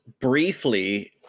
briefly